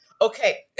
Okay